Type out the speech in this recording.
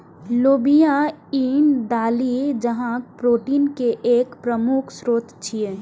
लोबिया ईन दालि जकां प्रोटीन के एक प्रमुख स्रोत छियै